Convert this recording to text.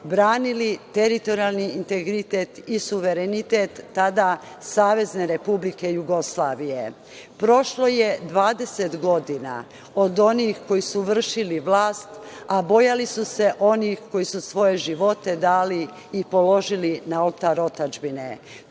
branili teritorijalni integritet i suverenitet tada SRJ. Prošlo je 20 godina od onih koji su vršili vlast, a bojali su se onih koji su svoje živote dali i položili na oltar otadžbine. To